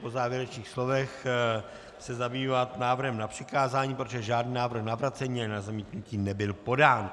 Po závěrečných slovech se můžeme zabývat návrhem na přikázání, protože žádný návrh na vrácení ani na zamítnutí nebyl podán.